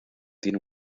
tiene